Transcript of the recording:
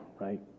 right